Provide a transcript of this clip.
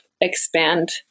expand